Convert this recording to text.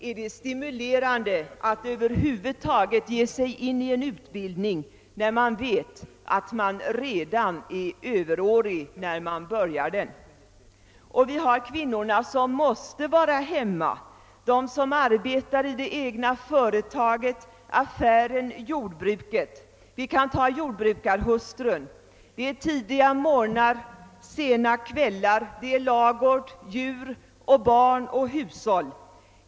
är det stimulerande att över huvud taget ge sig in i en utbildning, när man vet att man betraktas som överårig redan när man börjar den? Vi har kvinnorna som måste arbeta hemma, de som arbetar i det egna företaget, affären, jordbruket. Vi kan som exempel ta jordbrukarhustrun. Hon arbetar tidiga morgnar och sena kvällar, hon sköter ladugård, djur, barn och hushåll.